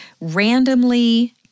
randomly